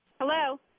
Hello